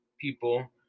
people